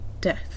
death